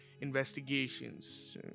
Investigations